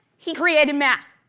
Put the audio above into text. he created math.